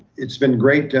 it's been great.